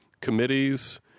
committees